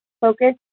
focus